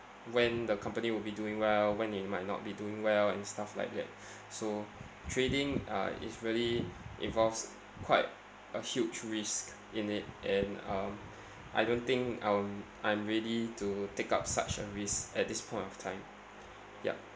when the company will be doing well when it might not be doing well and stuff like that so trading uh it's really involves quite a huge risk in it and um I don't think um I'm ready to take up such a risk at this point of time yup